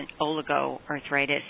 oligoarthritis